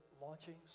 launchings